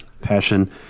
passion